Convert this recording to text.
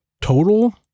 total